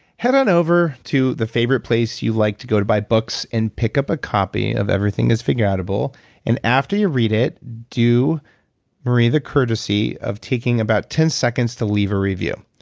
head on over to the favorite place you like to go to buy books and pick up a copy of everything is figureoutable and after you read it, do marie the courtesy of taking about ten seconds to leave a review.